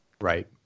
Right